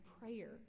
prayer